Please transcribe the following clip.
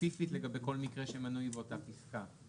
ספציפית לגבי כל מקרה שמנוי באותה פסקה.